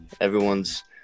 everyone's